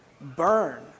burn